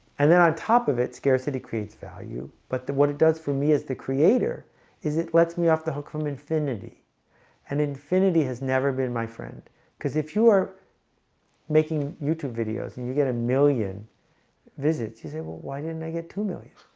and then on top of it scarcity creates value but what it does for me is the creator is it lets me off the hook from infinity and infinity has never been my friend because if you are making youtube videos and you get a million visits you say well, why didn't i get two million?